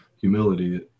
humility